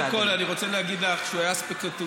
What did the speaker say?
כי זוהיר בהלול הוא היה שדר ספקטקולרי,